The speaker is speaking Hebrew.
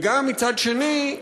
וגם מצד אחר,